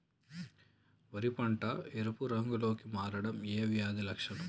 వరి పంట ఎరుపు రంగు లో కి మారడం ఏ వ్యాధి లక్షణం?